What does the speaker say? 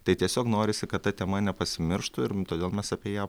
tai tiesiog norisi kad ta tema nepasimirštų ir todėl mes apie ją